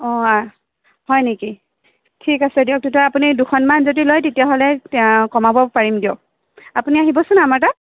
হয় নেকি ঠিক আছে দিয়ক তেতিয়া আপুনি দুখনমান যদি লয় তেতিয়াহ'লে কমাব পাৰিম দিয়ক আপুনি আহিবছোন আমাৰ তাত